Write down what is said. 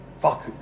Fuck